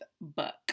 book